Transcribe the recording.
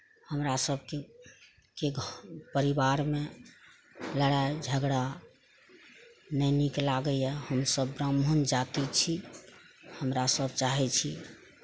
हमरा सबके के घर परिवारमे लड़ाइ झगड़ा नहि नीक लागैया हमसब ब्राह्मण जातिके छी हमरा सब चाहै छी